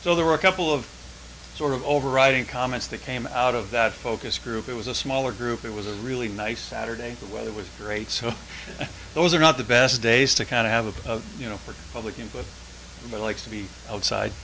so there were a couple of sort of overriding comments that came out of that focus group it was a smaller group it was a really nice saturday the weather was great so those are not the best days to kind of have a you know for public input that likes to be outside